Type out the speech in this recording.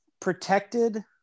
protected –